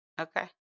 Okay